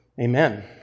Amen